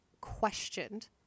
questioned